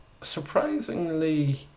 surprisingly